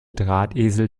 drahtesel